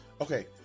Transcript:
okay